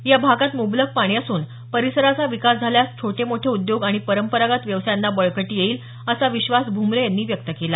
या भागात मुबलक पाणी असून परिसराचा विकास झाल्यास छोटे मोठे उद्योग आणि परंपरागत व्यवसायांना बळकटी येईल असा विश्वास भूमरे यांनी व्यक्त केला